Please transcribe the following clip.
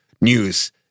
news